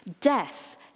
Death